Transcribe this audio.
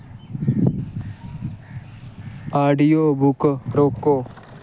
audio book रोको